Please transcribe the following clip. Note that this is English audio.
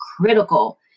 critical